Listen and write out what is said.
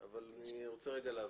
אני רוצה רגע להבהיר.